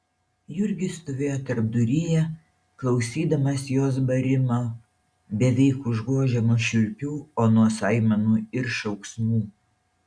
jurgis stovėjo tarpduryje klausydamas jos barimo beveik užgožiamo šiurpių onos aimanų ir šauksmų